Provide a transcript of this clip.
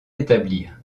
établir